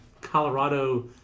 Colorado